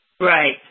Right